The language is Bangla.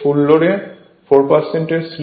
ফুল লোডে 4 এর স্লিপ রয়েছে